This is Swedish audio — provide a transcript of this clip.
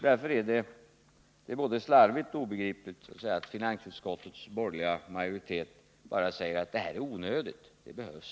Därför är det både slarvigt och obegripligt att finansutskottets borgerliga majoritet bara säger att den här åtgärden inte behövs.